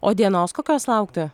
o dienos kokios laukti